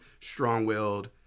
strong-willed